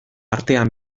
artean